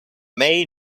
may